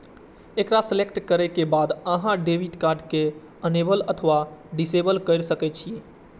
एकरा सेलेक्ट करै के बाद अहां डेबिट कार्ड कें इनेबल अथवा डिसेबल कए सकै छी